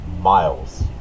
miles